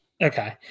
Okay